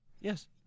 Yes